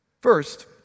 First